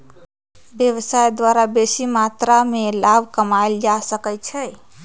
व्यवसाय द्वारा बेशी मत्रा में लाभ कमायल जा सकइ छै